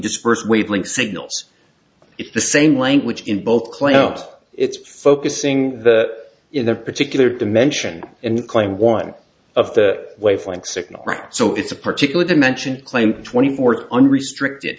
dispersed wavelength signals if the same language in both claims it's focusing in their particular dimension and claim one of the wavelength signals right so it's a particular dimension claimed twenty four unrestricted